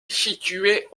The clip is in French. située